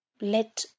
Let